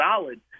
solid